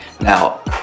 Now